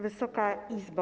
Wysoka Izbo!